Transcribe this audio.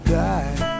die